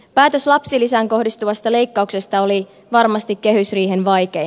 päätös lapsilisään kohdistuvasta leikkauksesta oli varmasti kehysriihen vaikein